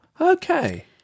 Okay